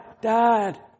Dad